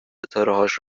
ستارههاش